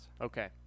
Okay